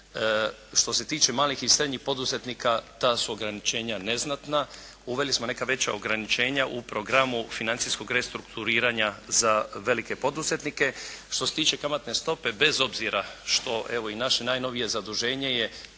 Što se tiče malih i srednjih poduzetnika ta su ograničenja neznatna. Uveli smo neka veća ograničenja u programu financijskog restrukturiranja za velike poduzetnike. Što se tiče kamatne stope bez obzira što evo i naše najnovije zaduženje je